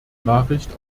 nachricht